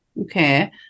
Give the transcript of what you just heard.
Okay